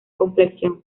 complexión